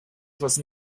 was